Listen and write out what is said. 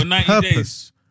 purpose